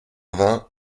vingts